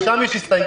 גם שם יש הסתייגויות?